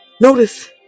Notice